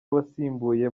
wasimbuye